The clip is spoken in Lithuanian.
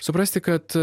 suprasti kad